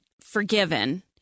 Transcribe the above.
forgiven